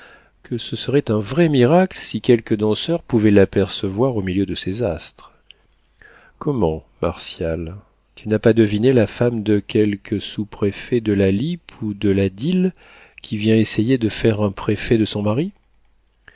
que ce serait un vrai miracle si quelque danseur pouvait l'apercevoir au milieu de ces astres comment martial tu n'as pas deviné la femme de quelque sous-préfet de la lippe ou de la dyle qui vient essayer de faire un préfet de son mari